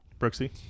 Brooksy